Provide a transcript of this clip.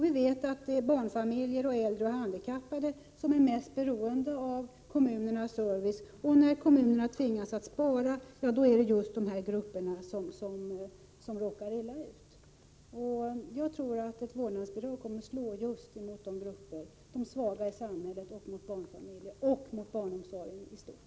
Vi vet att det är barnfamiljer, äldre och handikappade som är mest beroende av kommunernas service. När kommunerna tvingas spara är det just dessa grupper som råkar illa ut. Jag tror att ett vårdnadsbidrag kommer att slå mot just dessa grupper, de svaga i samhället, barnfamiljerna och mot barnomsorgen i stort.